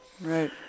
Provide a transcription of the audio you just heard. Right